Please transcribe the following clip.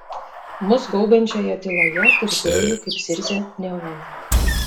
mus gaubiančioje tyloje girdėjau kaip zirzia neonai